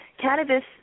cannabis